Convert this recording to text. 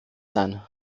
sein